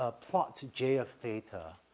ah plot to j of theta, ah,